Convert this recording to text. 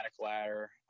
ladder